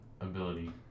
ability